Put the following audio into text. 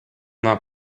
not